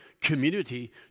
community